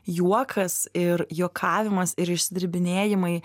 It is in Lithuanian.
juokas ir juokavimas ir išsidirbinėjimai